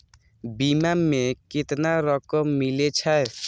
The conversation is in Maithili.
बीमा में केतना रकम मिले छै?